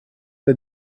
the